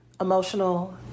emotional